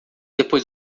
depois